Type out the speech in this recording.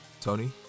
tony